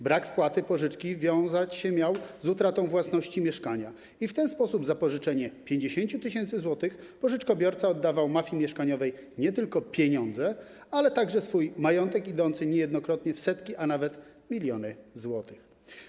Brak spłaty wiązać się miał z utratą własności mieszkania i w ten sposób za pożyczenie 50 tys. zł pożyczkobiorca oddawał mafii mieszkaniowej nie tylko pieniądze, ale także swój majątek idący niejednokrotnie w setki, a nawet w miliony złotych.